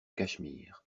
cachemire